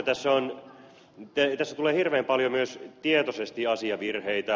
tässä esitetään hirveän paljon myös tietoisesti asiavirheitä